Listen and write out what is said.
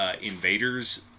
invaders